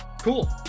Cool